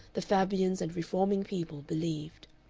the fabians and reforming people believed.